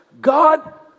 God